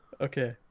Okay